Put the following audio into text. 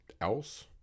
else